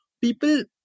People